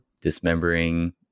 dismembering